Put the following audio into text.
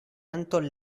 anton